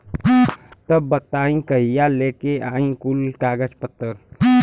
तब बताई कहिया लेके आई कुल कागज पतर?